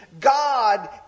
God